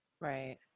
right